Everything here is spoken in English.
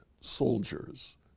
soldiers